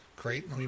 great